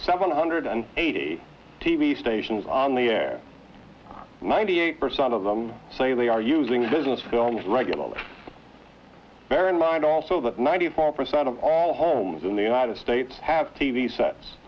seven hundred eighty t v stations on the air ninety eight percent of them say they are using business going as regular bear in mind also that ninety four percent of all homes in the united states have t v sets